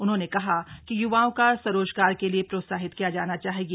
उन्होंने कहा कियुवाओं को स्वरोजगार के लिए प्रोत्साहित किया जाना चाहिये